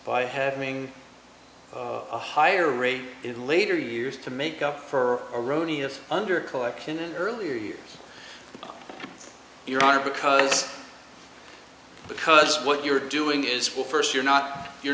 by having a higher rate in later years to make up for erroneous under collection an earlier here you are because because what you're doing is well first you're not you're